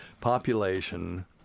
Population